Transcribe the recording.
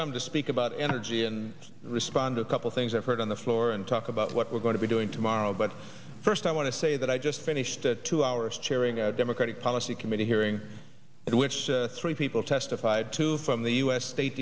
come to speak about energy and respond a couple things i've heard on the floor and talk about what we're going to be doing tomorrow but first i want to say that i just finished a two hours chairing a democratic policy committee hearing in which three people testified two from the u s state